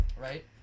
Right